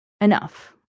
enough